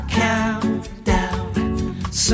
countdown